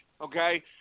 okay